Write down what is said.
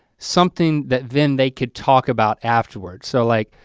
something that then they could talk about afterwards. so like,